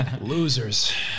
Losers